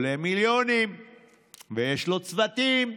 נהג, וזה ספק שמוכר את הציוד,